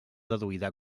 deduïda